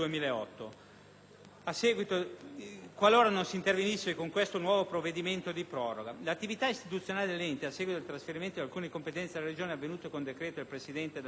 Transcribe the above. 2008, qualora non si intervenisse con un nuovo provvedimento di proroga. L'attività istituzionale dell'ente, a seguito del trasferimento di alcune competenze alle Regioni, avvenuto con decreto del Presidente della Repubblica